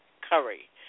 Curry